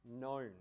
known